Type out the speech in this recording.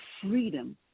freedom